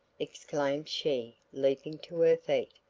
exclaimed she leaping to her feet.